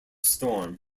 storm